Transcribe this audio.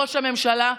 לראש הממשלה,